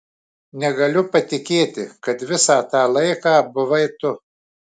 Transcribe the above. negaliu patikėti kad visą tą laiką buvai tu